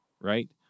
right